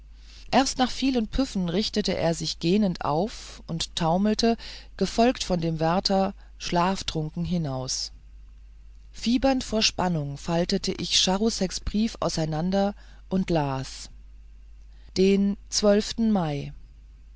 erst nach vielen püffen richtete er sich gähnend auf und taumelte gefolgt von dem wärter schlaftrunken hinaus fiebernd vor spannung faltete ich charouseks brief auseinander und las den mai